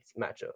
matchup